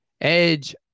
edge